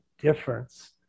difference